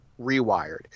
Rewired